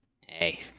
Hey